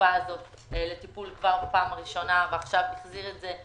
החשובה הזאת לטיפול כבר בפעם הראשונה ועכשיו החזיר את זה.